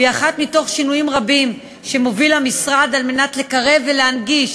והיא אחת מתוך שינויים רבים שמוביל המשרד על מנת לקרב ולהנגיש